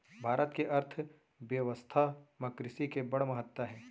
भारत के अर्थबेवस्था म कृसि के बड़ महत्ता हे